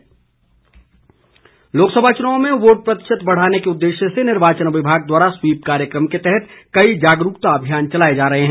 SVEEP कार्यक्रम लोकसभा चुनाव में वोट प्रतिशत बढ़ाने के उद्देश्य से निर्वाचन विभाग द्वारा स्वीप कार्यक्रम के तहत कई जागरूकता अभियान चलाए जा रहे हैं